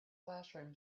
classroom